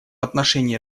отношении